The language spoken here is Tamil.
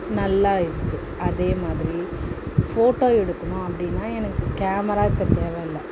நல்லா இருக்குது அதே மாதிரி ஃபோட்டோ எடுக்கணும் அப்படின்னா எனக்கு கேமரா இப்போ தேவைல்ல